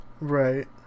Right